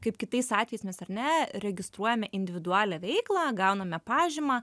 kaip kitais atvejais mes ar ne registruojame individualią veiklą gauname pažymą